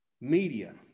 media